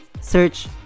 search